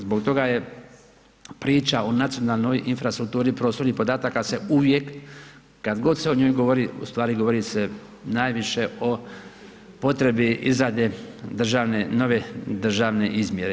Zbog toga priča o nacionalnoj infrastrukturi prostornih podataka se uvijek, kad god se o njoj govori ustvari govori se najviše o potrebi izrade državne, nove državne izmjere.